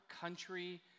country